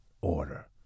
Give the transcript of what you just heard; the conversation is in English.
order